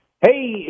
Hey